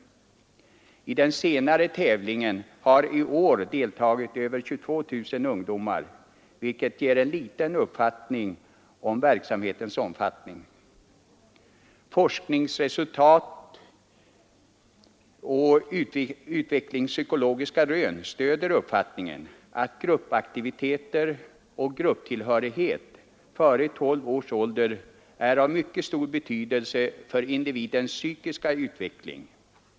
I den senare tävlingen har i år deltagit över 22 000 ungdomar, vilket ger en uppfattning om verksamhetens omfattning. Forskningsresultat och utvecklingsspykologiska rön stöder uppfattningen att gruppaktivitet och grupptillhörighet före 12 års ålder är av mycket stor betydelse för individens psykiska utveckling.